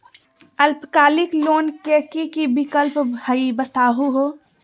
अल्पकालिक लोन के कि कि विक्लप हई बताहु हो?